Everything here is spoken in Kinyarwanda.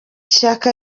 shyaka